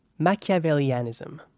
Machiavellianism